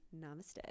Namaste